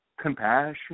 compassion